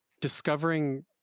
discovering